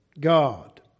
God